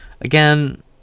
Again